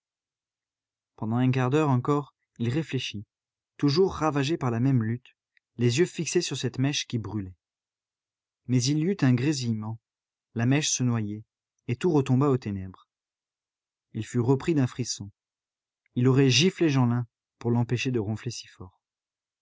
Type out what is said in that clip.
pendant un quart d'heure encore il réfléchit toujours ravagé par la même lutte les yeux fixés sur cette mèche qui brûlait mais il y eut un grésillement la mèche se noyait et tout retomba aux ténèbres il fut repris d'un frisson il aurait giflé jeanlin pour l'empêcher de ronfler si fort